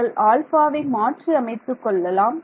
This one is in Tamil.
நீங்கள் ஆல்ஃபா வை மாற்றி அமைத்துக் கொள்ளலாம்